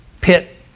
pit